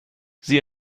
sie